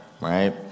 right